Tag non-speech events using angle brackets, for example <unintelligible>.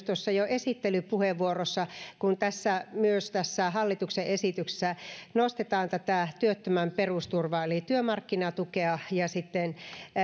<unintelligible> tuossa esittelypuheenvuorossa myös tässä hallituksen esityksessä nostetaan työttömän perusturvaa eli työmarkkinatukea ja sitten